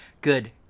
good